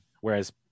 whereas